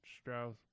strauss